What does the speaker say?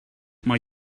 mae